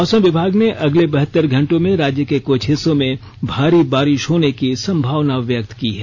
मौसम विभाग ने अगले बहत्तर घंटों में राज्य के कुछ हिस्सों में भारी बारिश होने की संभावना व्यक्त की है